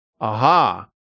Aha